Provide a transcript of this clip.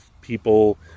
people